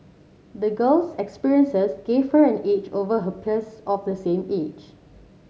the girl's experiences gave her an edge over her peers of the same age